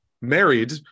married